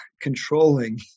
controlling